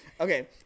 Okay